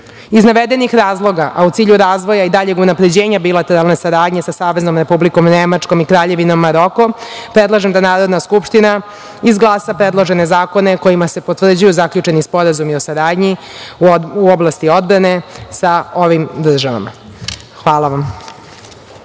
navedenih razloga, a u cilju razvoja i daljeg unapređenja bilateralne saradnje sa Saveznom Republikom Nemačkom i Kraljevinom Marokom, predlažem da Narodna skupština izglasa predložene zakone kojima se potvrđuju zaključeni sporazumi o saradnji u oblasti odbrane sa ovim državama. Hvala vam.